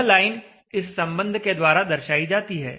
यह लाइन इस सम्बन्ध के द्वारा दर्शाई जाती है